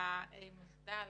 למחדל,